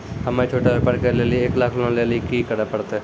हम्मय छोटा व्यापार करे लेली एक लाख लोन लेली की करे परतै?